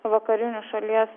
vakarinių šalies